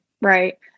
right